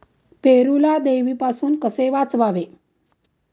पेरूला देवीपासून कसे वाचवावे?